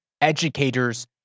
educators